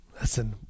Listen